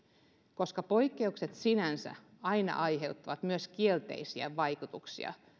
koska poikkeukset sinänsä aina aiheuttavat myös kielteisiä vaikutuksia